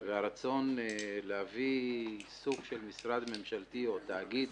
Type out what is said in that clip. הרצון להביא סוג של משרד ממשלתי או תאגיד